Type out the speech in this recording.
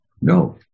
No